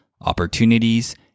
opportunities